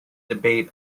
debate